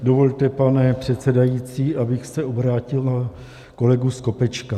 Dovolte, pane předsedající, abych se obrátil na kolegu Skopečka.